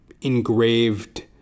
engraved